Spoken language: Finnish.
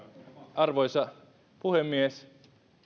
arvoisa puhemies